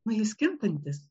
na jis kintantis